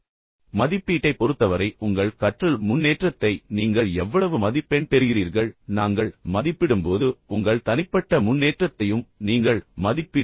இப்போது மதிப்பீட்டைப் பொறுத்தவரை உங்கள் கற்றல் முன்னேற்றத்தை நாங்கள் மதிப்பிடும்போது நீங்கள் எவ்வளவு மதிப்பெண் பெறுகிறீர்கள் என்பதை நாங்கள் உங்களுக்குச் சொல்லும்போது உங்கள் தனிப்பட்ட முன்னேற்றத்தையும் நீங்கள் மதிப்பீடு செய்யலாம்